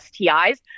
STIs